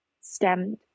stemmed